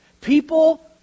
people